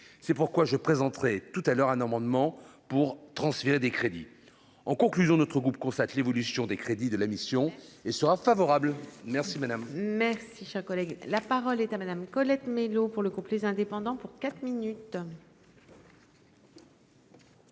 c'est pourquoi je présenterai tout à l'heure un amendement pour transférer des crédits en conclusion, notre groupe, constate l'évolution des crédits de la mission et sera favorable, merci, madame. Merci, cher collègue, la parole est à Madame Colette Mélot, pour le coup plus indépendants pour quatre minutes.